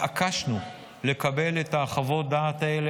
התעקשנו לקבל את חוות הדעת האלה,